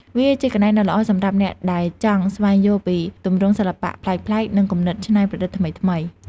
វាជាកន្លែងដ៏ល្អសម្រាប់អ្នកដែលចង់ស្វែងយល់ពីទម្រង់សិល្បៈប្លែកៗ និងគំនិតច្នៃប្រឌិតថ្មីៗ។